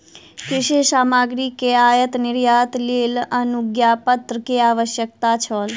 कृषि सामग्री के आयात निर्यातक लेल अनुज्ञापत्र के आवश्यकता छल